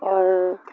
اور